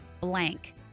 blank